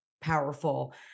powerful